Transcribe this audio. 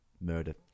murder